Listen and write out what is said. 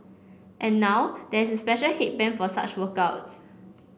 and now there is a special headband for such workouts